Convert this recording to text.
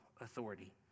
authority